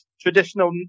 traditional